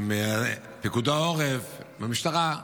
עם פיקוד העורף, עם המשטרה.